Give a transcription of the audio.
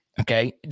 okay